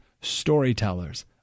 storytellers